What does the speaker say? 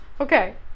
Okay